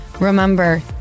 Remember